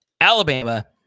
Alabama